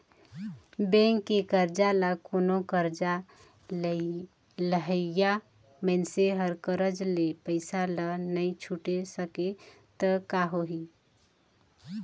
bank के करजा ल कोनो करजा लेहइया मइनसे हर करज ले पइसा ल नइ छुटे सकें त का होही